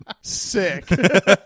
sick